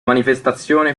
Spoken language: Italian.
manifestazione